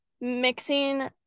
mixing